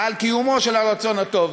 על עניין קיומו של הרצון הטוב.